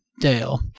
Dale